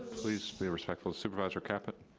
please be respectful. supervisor caput.